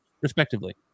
respectively